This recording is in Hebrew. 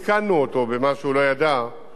שאנחנו, נוסף על מה שאמרתי,